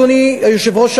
אדוני היושב-ראש,